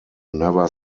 never